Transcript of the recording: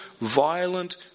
violent